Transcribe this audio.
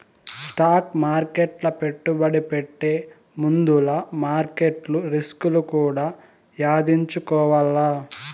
stock మార్కెట్ల పెట్టుబడి పెట్టే ముందుల మార్కెట్ల రిస్కులు కూడా యాదించుకోవాల్ల